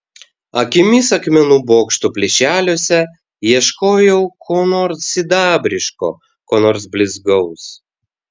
akimis akmenų bokštų plyšeliuose ieškojau ko nors sidabriško ko nors blizgaus